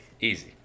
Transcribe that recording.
easy